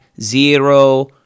Zero